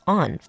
on